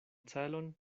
celon